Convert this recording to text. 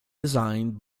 designed